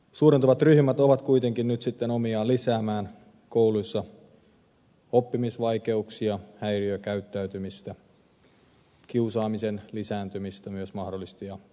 suurentuvat ryhmät ovat kuitenkin nyt sitten omiaan lisäämään kouluissa oppimisvaikeuksia häiriökäyttäytymistä kiusaamisen lisääntymistä myös mahdollisesti ja epätasa arvoa